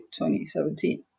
2017